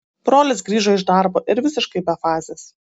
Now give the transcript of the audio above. brolis grįžo iš darbo ir visiškai be fazės